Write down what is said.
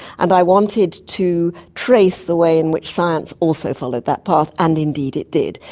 and i wanted to trace the way in which science also followed that path, and indeed it did.